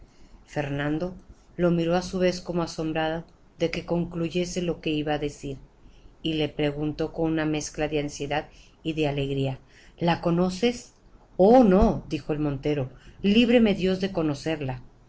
fernando le miró á su vez como asombrado de que concluyese lo que iba á decir y le preguntó con una mezcla de ansiedad y de alegría la conoces oh no dijo el montero líbreme dios de conocerla